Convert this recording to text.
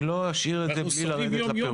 לא אשאיר את זה בלי לרדת לפירוט.